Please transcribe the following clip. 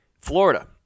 Florida